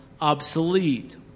obsolete